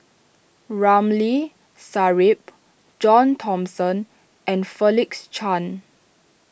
Ramli Sarip John Thomson and Felix Cheong